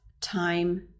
time